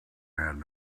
had